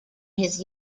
his